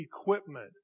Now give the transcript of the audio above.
equipment